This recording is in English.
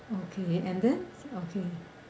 okay and then okay